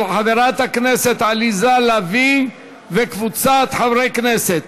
של חברת הכנסת עליזה לביא וקבוצת חברי כנסת.